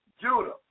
Judah